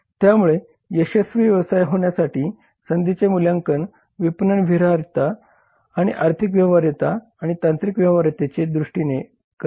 त्यामुळे यशस्वी व्यवसाय होण्यासाठी संधीचे मूल्यांकन विपणन व्यवहार्यता आर्थिक व्यवहार्यता आणि तांत्रिक व्यवहार्यतेच्या दृष्टीने करणे आवश्यक आहे